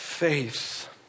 Faith